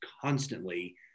constantly